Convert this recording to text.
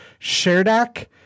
Sherdak